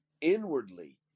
Inwardly